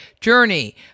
journey